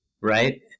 Right